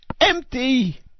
empty